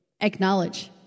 acknowledge